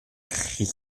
cri